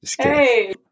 Hey